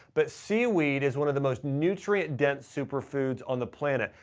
but seaweed is one of the most nutrient dense super foods on the planet.